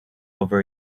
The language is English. over